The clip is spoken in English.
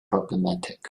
problematic